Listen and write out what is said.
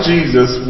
Jesus